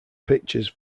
pictures